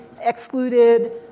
excluded